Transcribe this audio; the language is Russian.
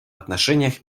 отношениях